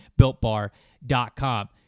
BuiltBar.com